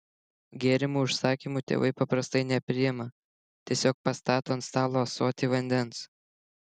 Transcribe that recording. gėrimų užsakymų tėvai paprastai nepriima tiesiog pastato ant stalo ąsotį vandens